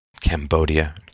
Cambodia